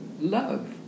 love